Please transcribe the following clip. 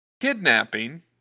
kidnapping